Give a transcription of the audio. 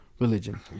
religion